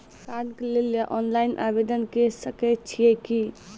कार्डक लेल ऑनलाइन आवेदन के सकै छियै की?